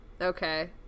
Okay